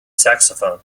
saxophone